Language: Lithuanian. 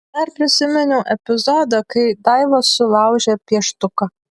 dar prisiminiau epizodą kai daiva sulaužė pieštuką